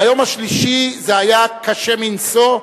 ביום השלישי זה היה קשה מנשוא,